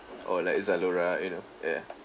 or like Zalora you know ya